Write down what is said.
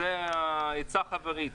זו עצה חברית.